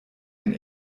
ein